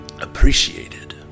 appreciated